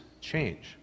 change